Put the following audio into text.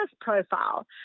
profile